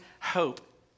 hope